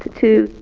to